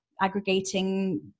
aggregating